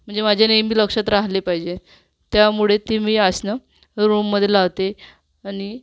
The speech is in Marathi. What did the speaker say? म्हणजे माझ्या नेहमी लक्षात राहिले पाहिजे त्यामुळे ती मी आसनं रूममध्ये लावते आणि